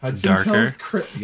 darker